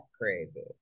crazy